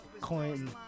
coin